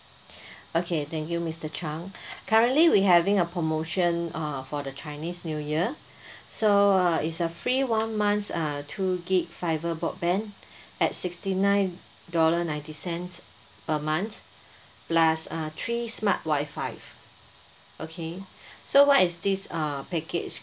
okay thank you mister chang currently we having a promotion uh for the chinese new year so uh it's a free one months uh two gig fiber broadband at sixty nine dollar ninety cent per month plus uh three smart wifi okay so what is this uh package